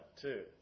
two